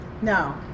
no